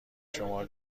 شما